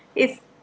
is